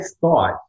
thought